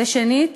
ושנית,